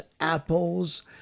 apples